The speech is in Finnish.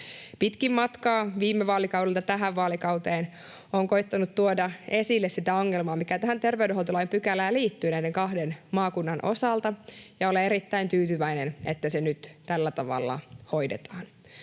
Pitkin matkaa viime vaalikaudelta tähän vaalikauteen olen koettanut tuoda esille sitä ongelmaa, mikä tähän terveydenhuoltolain pykälään liittyy näiden kahden maakunnan osalta, ja olen erittäin tyytyväinen, että se nyt tällä tavalla hoidetaan.